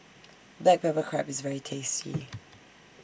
Black Pepper Crab IS very tasty